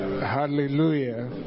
Hallelujah